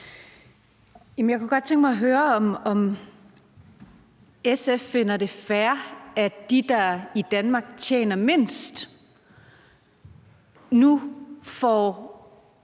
Jeg kunne godt tænke mig at høre, om SF finder det fair, at de, der i Danmark tjener mindst, nu får